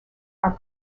are